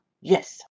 yes